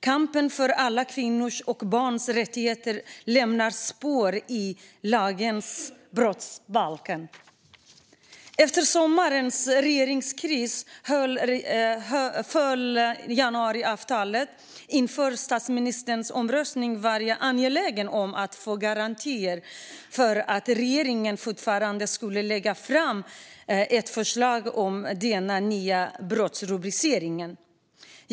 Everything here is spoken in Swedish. Kampen för alla kvinnors och barns rättigheter lämnar spår i lagbokens brottsbalk. Efter sommararens regeringskris föll januariavtalet. Inför statsministeromröstningen var jag angelägen om att få garantier för att regeringen fortfarande skulle lägga fram ett förslag om denna nya brottsrubricering.